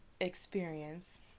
Experience